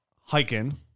hiking